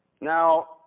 Now